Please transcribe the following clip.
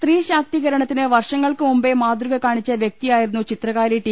സ്ത്രീശാക്തീകരണത്തിന് വർഷങ്ങൾക്കുമുമ്പേ മാതൃക കാണിച്ച വ്യക്തിയായിരുന്നു ചിത്രകാരി ടി